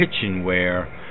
kitchenware